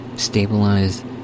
Stabilize